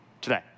today